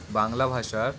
বাংলা ভাষার